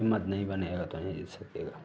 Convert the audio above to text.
हिम्मत नहीं बनेगा तो नहीं जीत सकेगा